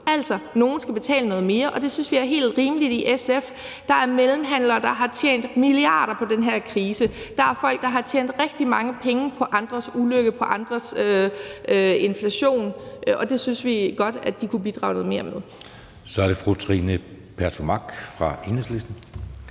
at nogle skal betale noget mere, og det synes vi er helt rimeligt i SF. Der er mellemhandlere, der har tjent milliarder på den her krise. Der er folk, der har tjent rigtig mange penge på andres ulykke som følge af inflation. Og vi synes godt, at de kan bidrage noget mere. Kl. 13:38 Anden næstformand (Jeppe